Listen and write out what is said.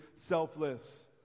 selfless